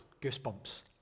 Goosebumps